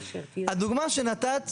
הדוגמה שנתת,